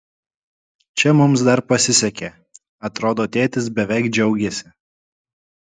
čia mums dar pasisekė atrodo tėtis beveik džiaugėsi